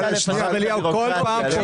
מי